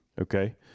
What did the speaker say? Okay